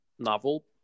novel